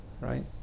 Right